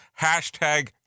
hashtag